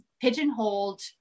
pigeonholed